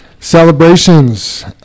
celebrations